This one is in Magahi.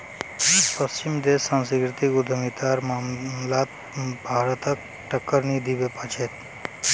पश्चिमी देश सांस्कृतिक उद्यमितार मामलात भारतक टक्कर नी दीबा पा तेक